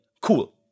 cool